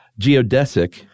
Geodesic